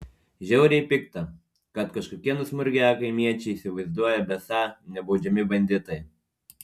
žiauriai pikta kad kažkokie nusmurgę kaimiečiai įsivaizduoja besą nebaudžiami banditai